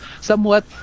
somewhat